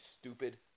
stupid